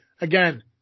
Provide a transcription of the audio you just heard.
again